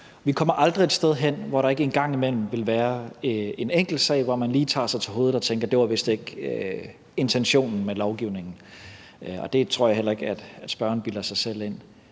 Vi kommer aldrig et sted hen, hvor der ikke en gang imellem vil være en enkelt sag, hvor man lige tager sig til hovedet og tænker: Det var vist ikke intentionen med lovgivningen. Det tror jeg heller ikke at spørgeren bilder sig selv ind.